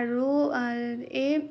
আৰু এই